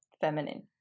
feminine